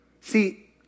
See